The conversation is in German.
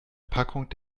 packung